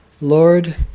Lord